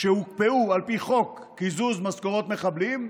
שהוקפאו על פי חוק קיזוז משכורות מחבלים,